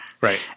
Right